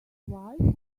wife